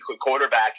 quarterback